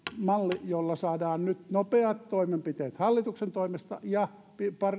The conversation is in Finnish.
malli jolla saadaan nyt nopeat toimenpiteet hallituksen toimesta ja